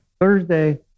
Thursday